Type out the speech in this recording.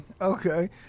okay